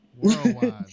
worldwide